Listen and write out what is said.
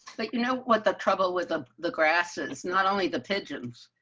like you know what the trouble with ah the grasses, not only the pigeons.